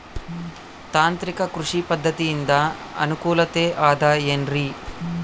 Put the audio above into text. ತಾಂತ್ರಿಕ ಕೃಷಿ ಪದ್ಧತಿಯಿಂದ ಅನುಕೂಲತೆ ಅದ ಏನ್ರಿ?